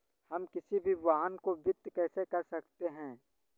हम किसी भी वाहन को वित्त कैसे कर सकते हैं?